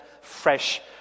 fresh